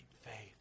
faith